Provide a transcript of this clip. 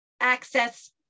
access